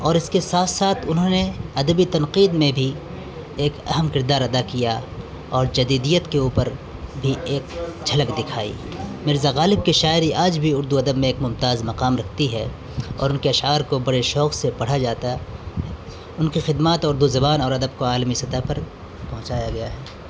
اور اس کے ساتھ ساتھ انہوں نے ادبی تنقید میں بھی ایک اہم کردار ادا کیا اور جدیدیت کے اوپر بھی ایک جھلک دکھائی مرزا غالب کے شاعری آج بھی اردو ادب میں ممتاز مقام رکھتی ہے اور ان کے اشعار کو برے شوق سے پڑھا جاتا ہے ان کے خدمات اردو زبان اور ادب کو عالمی سطح پر پہنچایا گیا ہے